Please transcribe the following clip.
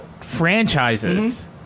franchises